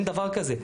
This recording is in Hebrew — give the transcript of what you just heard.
אין דבר כזה.